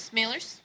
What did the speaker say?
mailers